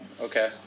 Okay